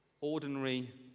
Ordinary